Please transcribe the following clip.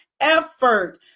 effort